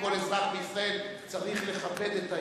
כל אזרח בישראל צריך לכבד את ההמנון.